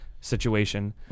situation